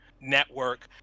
network